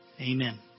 Amen